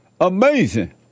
Amazing